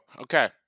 okay